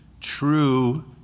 True